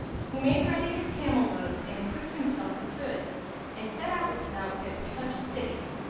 who made ready his camel-loads and equipped himself with goods and set out with his outfit for such a city,